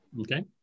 Okay